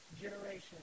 generation